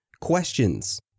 questions